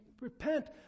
repent